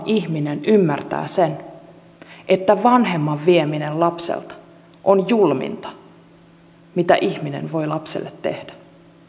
ihminen ymmärtää sen että vanhemman vieminen lapselta on julminta mitä ihminen voi lapselle tehdä